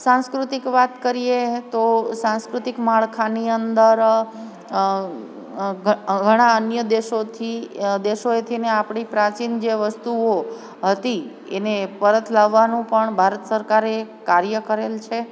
સાંસ્કૃતિક વાત કરીએ તો સાંસ્કૃતિક માળખાની અંદર ઘણાં અન્ય દેશોથી દેશોએથીને આપણી પ્રાચીન જે વસ્તુઓ હતી એને પરત લાવવાનું પણ ભારત સરકારે કાર્ય કરેલ છે